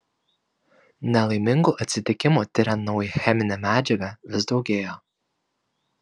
nelaimingų atsitikimų tiriant naują cheminę medžiagą vis daugėjo